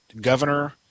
governor